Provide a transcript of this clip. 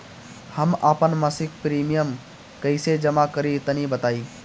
हम आपन मसिक प्रिमियम कइसे जमा करि तनि बताईं?